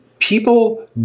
People